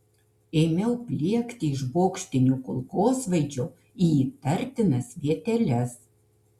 ėmiau pliekti iš bokštinio kulkosvaidžio į įtartinas vieteles